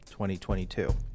2022